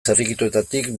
zirrikituetatik